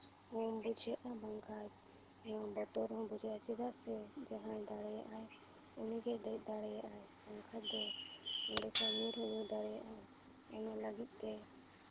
ᱦᱚᱸ ᱵᱩᱡᱷᱟᱹᱜᱼᱟ ᱵᱟᱝᱠᱷᱟᱡ ᱱᱚᱣᱟ ᱵᱚᱛᱚᱨ ᱦᱚᱸ ᱵᱩᱡᱷᱟᱹᱜᱼᱟ ᱪᱮᱫᱟᱜ ᱥᱮ ᱡᱟᱦᱟᱸᱭ ᱫᱟᱲᱮᱭᱟᱜ ᱟᱭ ᱩᱱᱤᱜᱮ ᱫᱮᱡ ᱫᱟᱲᱮᱭᱟᱜᱼᱟᱭ ᱵᱟᱝᱠᱷᱟᱡ ᱫᱚ ᱱᱚᱰᱮ ᱠᱷᱚᱡ ᱧᱩᱨ ᱦᱚᱸ ᱧᱩᱨ ᱫᱟᱲᱮᱭᱟᱜ ᱟᱭ ᱚᱱᱟ ᱞᱟᱹᱜᱤᱫ ᱛᱮ